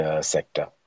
sector